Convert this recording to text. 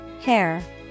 hair